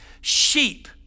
sheep